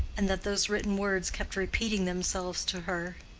and that those written words kept repeating themselves to her.